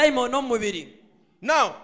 Now